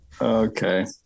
Okay